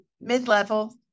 mid-level